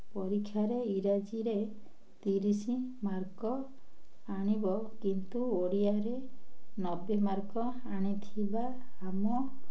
ପରୀକ୍ଷାରେ ଇଂରାଜୀରେ ତିରିଶ ମାର୍କ୍ ଆଣିବ କିନ୍ତୁ ଓଡ଼ିଆରେ ନବେ ମାର୍କ୍ ଆଣିଥିବା ଆମ